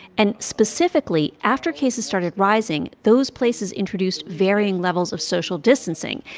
and specifically, after cases started rising, those places introduced varying levels of social distancing,